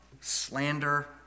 slander